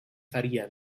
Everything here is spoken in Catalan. faria